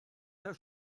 herr